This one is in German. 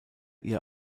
ihr